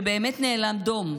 שבאמת נאלם דום,